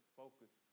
focus